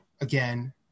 again